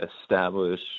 establish